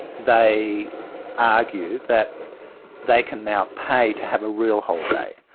they argued that they can now pay to have a real holiday,